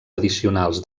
addicionals